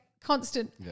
constant